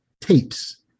tapes